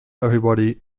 everybody